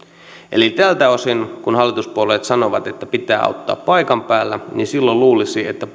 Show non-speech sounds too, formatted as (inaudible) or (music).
eli tältä osin kun hallituspuolueet sanovat että pitää auttaa paikan päällä silloin luulisi että (unintelligible)